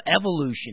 evolution